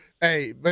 Hey